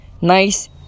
nice